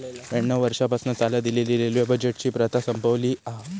ब्याण्णव वर्षांपासना चालत इलेली रेल्वे बजेटची प्रथा संपवली हा